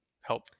help